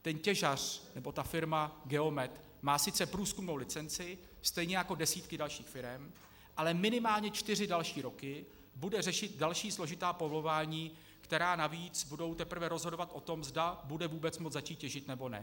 Ten těžař nebo ta firma Geomet má sice průzkumnou licenci, stejně jako desítky dalších firem, ale minimálně čtyři další roky bude řešit další složitá povolování, která navíc budou teprve rozhodovat o tom, zda bude vůbec moct začít těžit, nebo ne.